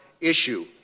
issue